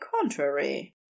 contrary